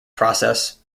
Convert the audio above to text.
process